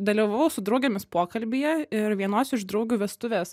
dalyvavau su draugėmis pokalbyje ir vienos iš draugių vestuvės